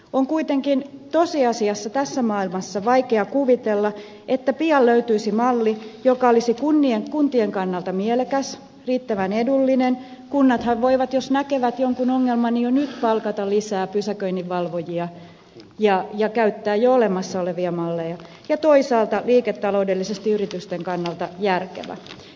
on kuitenkin tosiasiassa tässä maailmassa vaikea kuvitella että pian löytyisi malli joka olisi kuntien kannalta mielekäs riittävän edullinen kunnathan voivat jos näkevät jonkun ongelman jo nyt palkata lisää pysäköinninvalvojia ja käyttää jo olemassa olevia malleja ja toisaalta liiketaloudellisesti yritysten kannalta järkevä